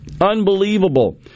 Unbelievable